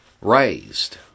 raised